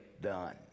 done